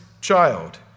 child